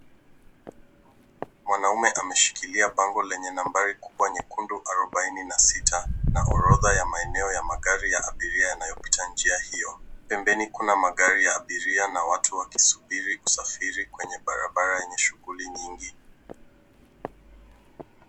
Mwanaume ameshikilia bango lenye nambari kubwa nyekundu 46. Na orodha ya maeneo ya magari ya abiria yanayopita njia hiyo. Pembeni kuna magari ya abiria na watu wakisubiri usafiri kwenye barabara yenye shughuli nyingi.